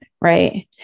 Right